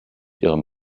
ihrem